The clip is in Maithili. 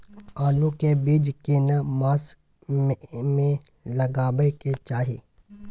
आलू के बीज केना मास में लगाबै के चाही?